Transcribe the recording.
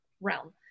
realm